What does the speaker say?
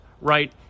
right